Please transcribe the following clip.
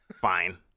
Fine